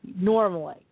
normally